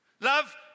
Love